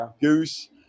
Goose